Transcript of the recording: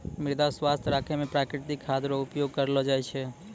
मृदा स्वास्थ्य राखै मे प्रकृतिक खाद रो उपयोग करलो जाय छै